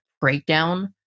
breakdown